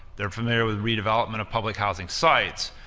they're familiar with redevelopment of public housing sites,